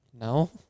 No